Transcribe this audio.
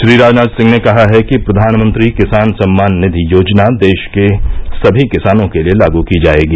श्री राजनाथ सिंह ने कहा कि प्रधानमंत्री किसान सम्मान निधि योजना देश के सभी किसानों के लिए लागू की जाएगी